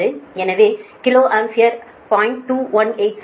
எனவே kilo ampere 0